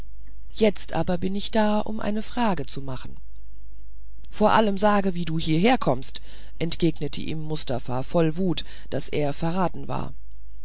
jetzt aber bin ich da um eine frage zu machen vor allem sage wie du hieher kommst entgegnete ihm mustafa voll wut daß er verraten war